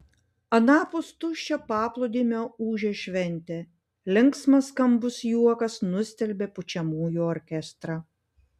anapus tuščio paplūdimio ūžė šventė linksmas skambus juokas nustelbė pučiamųjų orkestrą